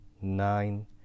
nine